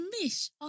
miss